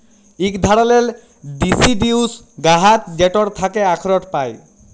ইক ধারালের ডিসিডিউস গাহাচ যেটর থ্যাকে আখরট পায়